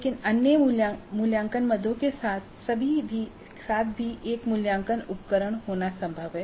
लेकिन अन्य मूल्यांकन मदों के साथ भी एक मूल्यांकन उपकरण होना संभव है